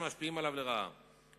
שמשפיעים עליו לרעה.